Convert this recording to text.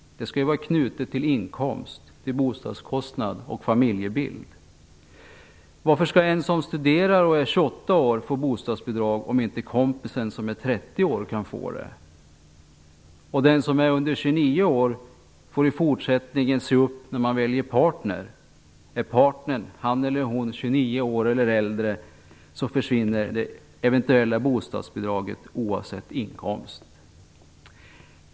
Det skall ju vara knutet till inkomst, bostadskostnad och familjebild. Varför skall en som studerar och är 28 år få bostadsbidrag, om inte kompisen som är 30 år kan få det? Den som är under 29 år får i fortsättningen se upp när man väljer partner. Är partnern, han eller hon, 29 år eller äldre försvinner det eventuella bostadsbidraget oavsett inkomst.